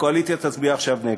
הקואליציה תצביע עכשיו נגד.